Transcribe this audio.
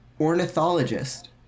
ornithologist